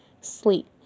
sleep